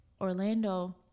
Orlando